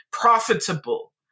Profitable